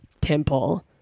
temple